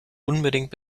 unbedingt